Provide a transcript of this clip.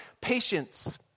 patience